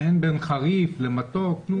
אין בין חריף למתוק, כלום?